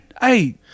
hey